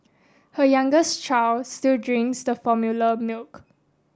her youngest child still drinks the formula milk